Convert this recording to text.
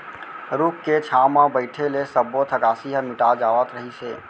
रूख के छांव म बइठे ले सब्बो थकासी ह मिटा जावत रहिस हे